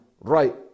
right